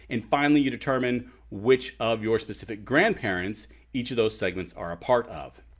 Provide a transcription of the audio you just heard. and finally you determine which of your specific grandparents each of those segments are a part of.